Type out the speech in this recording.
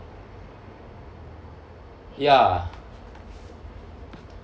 ya